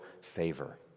favor